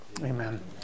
amen